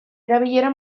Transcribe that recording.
erabilera